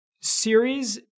series